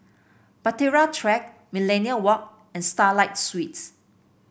Bahtera Track Millenia Walk and Starlight Suites